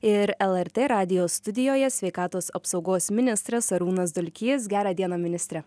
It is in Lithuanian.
ir lrt radijo studijoje sveikatos apsaugos ministras arūnas dulkys gerą dieną ministre